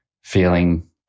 feeling